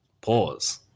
pause